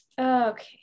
Okay